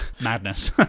madness